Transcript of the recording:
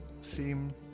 seem